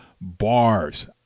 bars